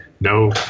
no